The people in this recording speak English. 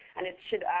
and it should,